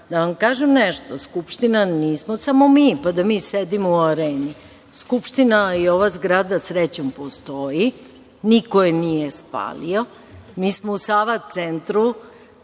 vam kažem nešto, Skupština nismo samo mi, pa da mi sedimo u Areni. Skupština je ova zgrada, srećom postoji, niko je nije spalio. Mi smo u Sava Centar,